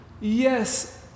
Yes